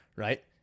Right